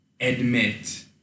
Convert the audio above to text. admit